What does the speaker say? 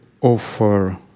offer